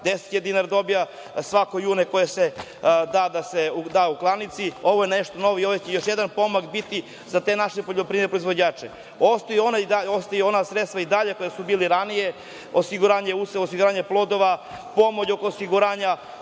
dinara dobija svako june koje se da u klanici. Ovo je nešto novo i ovo je još jedan pomak biti za te naše poljoprivredne proizvođače. Ostaju i ona sredstva koja su bila i ranije, osiguranje useva, osiguranje